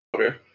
Okay